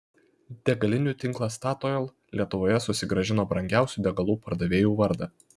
degalinių tinklas statoil lietuvoje susigrąžino brangiausių degalų pardavėjų vardą